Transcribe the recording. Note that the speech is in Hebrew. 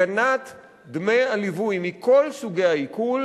הגנת דמי הליווי מכל סוגי העיקול